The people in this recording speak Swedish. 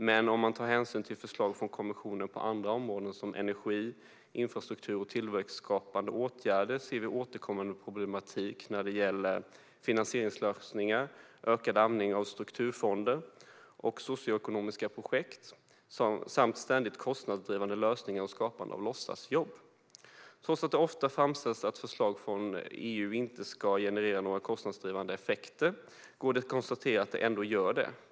Men om man tar hänsyn till förslag från kommissionen på andra områden som energi, infrastruktur och tillväxtskapande åtgärder ser vi en återkommande problematik när det gäller finansieringslösningar, ökad användning av strukturfonder, socioekonomiska projekt, ständigt kostnadsdrivande lösningar och skapandet av låtsasjobb. Trots att det ofta framhålls att förslag från EU inte ska generera några kostnadsdrivande effekter går det att konstatera att de ändå gör det.